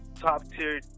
top-tier